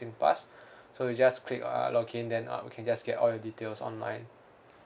singpass so you just click err login then uh you can just get all your details online